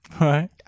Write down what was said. Right